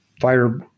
fire